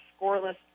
scoreless